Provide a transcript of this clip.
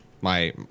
my-